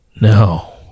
No